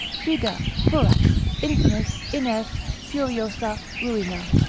foeda, furax, infamis, iners, furiosa, ruina.